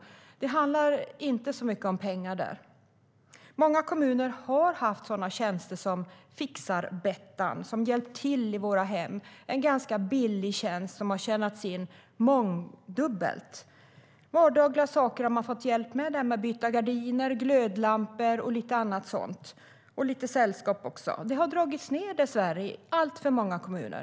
Det handlar inte så mycket om pengar där. Många kommuner har haft tjänster som Fixar-Bettan för hjälp i hemmen. Det är en ganska billig tjänst som har tjänats in mångdubbelt. Man har fått hjälp med vardagliga saker som att byta gardiner och glödlampor - samt lite sällskap också. Detta har dessvärre dragits ned i alltför många kommuner.